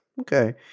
Okay